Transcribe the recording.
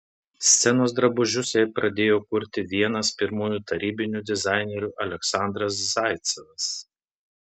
scenos drabužius jai pradėjo kurti vienas pirmųjų tarybinių dizainerių aleksandras zaicevas